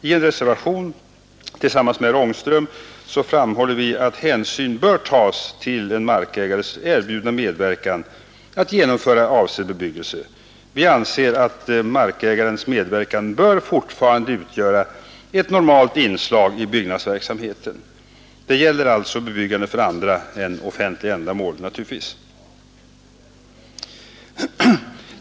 I reservationen 2, som jag har avgivit tillsammans med herr Ångström, framhåller vi att hänsyn bör tas till en markägares erbjudande om medverkan att genomföra avsedd bebyggelse. Vi anser att markägarens medverkan fortfarande bör utgöra ett normalt inslag i byggnadsverksamheten. Det gäller naturligtvis bebyggelse för andra än offentliga ändamål.